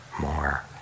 more